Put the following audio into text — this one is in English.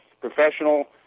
professional